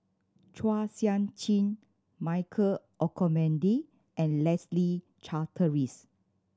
Chua Sian Chin Michael Olcomendy and Leslie Charteris